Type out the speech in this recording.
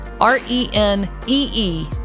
R-E-N-E-E